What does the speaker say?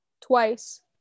Twice